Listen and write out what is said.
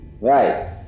Right